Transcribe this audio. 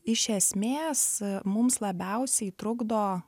iš esmės mums labiausiai trukdo